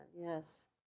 yes